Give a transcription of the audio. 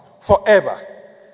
forever